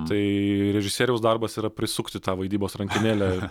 tai režisieriaus darbas yra prisukti tą vaidybos rankenėlę